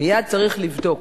מייד צריך לבדוק.